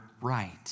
right